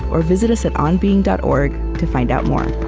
or visit us at onbeing dot org to find out more